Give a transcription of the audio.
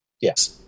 yes